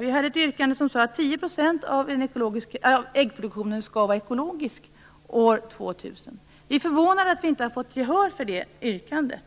Vi har ett yrkande om att 10 % av äggproduktionen skall vara ekologisk år 2000. Vi är förvånade att vi inte har fått gehör för det yrkandet.